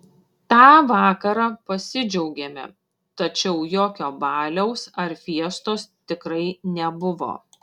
tą vakarą pasidžiaugėme tačiau jokio baliaus ar fiestos tikrai nebuvo